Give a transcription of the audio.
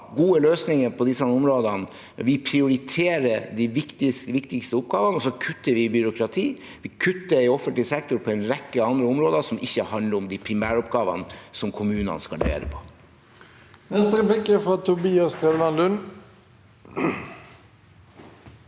gode løsninger på disse områdene. Vi prioriterer de viktigste oppgavene, og så kutter vi i byråkrati. Vi kutter i offentlig sektor på en rekke andre områder som ikke handler om de primæroppgavene som kommunene skal levere på. Tobias Drevland Lund